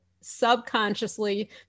Subconsciously